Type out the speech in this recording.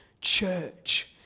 church